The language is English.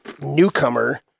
newcomer